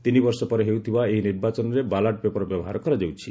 ତିନିବର୍ଷ ପରେ ହେଉଥିବା ଏହି ନିର୍ବାଚନରେ ବାଲାଟ୍ ପେପର ବ୍ୟବହାର କରାଯାଉଛି